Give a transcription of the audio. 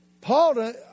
Paul